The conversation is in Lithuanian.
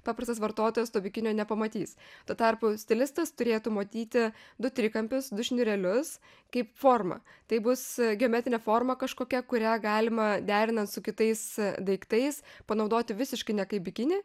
paprastas vartotojas to bikinio nepamatys tuo tarpu stilistas turėtų matyti du trikampius du šniūrelius kaip formą tai bus geometrinė forma kažkokia kurią galima derinant su kitais daiktais panaudoti visiškai ne kaip bikinį